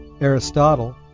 Aristotle